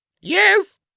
Yes